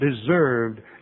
deserved